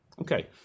Okay